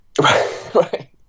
Right